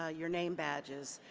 ah your name badges.